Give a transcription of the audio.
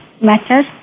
matters